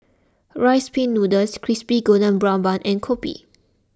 Rice Pin Noodles Crispy Golden Brown Bun and Kopi